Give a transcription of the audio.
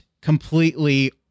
completely